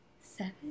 seven